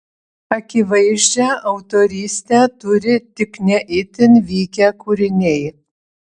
akivaizdžią autorystę turi tik ne itin vykę kūriniai